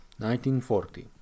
1940